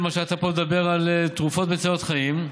כשאתה פה מדבר על תרופות מצילות חיים,